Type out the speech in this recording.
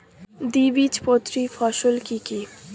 দ্বিবীজপত্রী ফসল কি কি?